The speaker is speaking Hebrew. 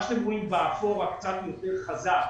מה שאתם רואים באפור הקצת יותר חזק.